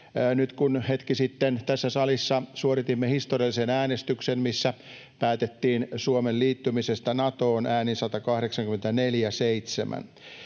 Nyt kun hetki sitten tässä salissa suoritimme historiallisen äänestyksen, missä päätettiin Suomen liittymisestä Natoon äänin 184–7,